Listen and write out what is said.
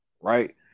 Right